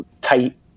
tight